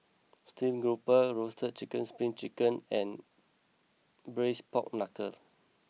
Stream Grouper Roasted Chicken Spring Chicken and Braised Pork Knuckle